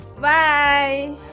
Bye